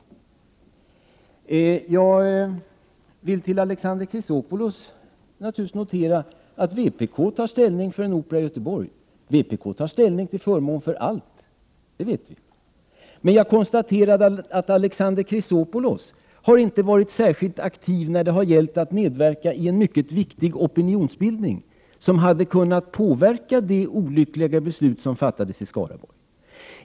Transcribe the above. Med anledning av det Alexander Chrisopoulos sade noterar jag att vpk tar ställning för en opera i Göteborg. Vpk tar ställning till förmån för allt, det vet vi. Men jag konstaterade att Alexander Chrisopoulos inte har varit särskilt aktiv när det gällt att medverka i en mycket viktig opinionsbildning, som hade kunnat påverka det olyckliga beslut som fattades i Skaraborg.